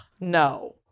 No